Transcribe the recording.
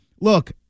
Look